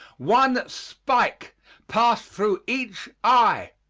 one spike passed through each eye,